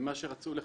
ממה שרצו לחנך,